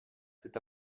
cet